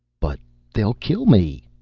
but they'll kill me!